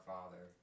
Father